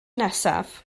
nesaf